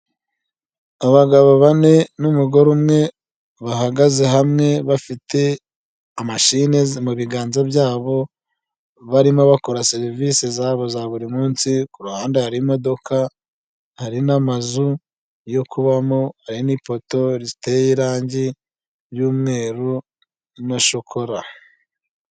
Abagabo bane n'umugore umwe bahagaze hamwe bafite amashine mu biganza byabo barimo bakora serivisi zabo za buri munsi k'uruhande hari imodoka hari n'amazu yo kubamo ari n'ipoto riteye irangi ry'umweru na shokora.